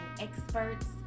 experts